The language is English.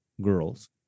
girls